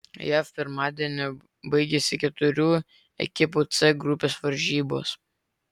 jav pirmadienį baigėsi keturių ekipų c grupės varžybos